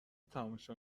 تماشا